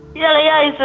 yeah, yeah,